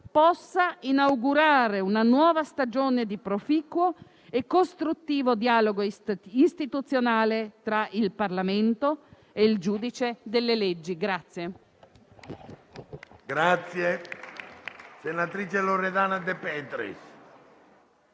possa inaugurare una nuova stagione di proficuo e costruttivo dialogo istituzionale tra il Parlamento e il giudice delle leggi.